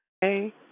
Hey